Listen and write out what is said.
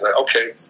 okay